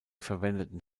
verwendeten